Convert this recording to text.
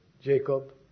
Jacob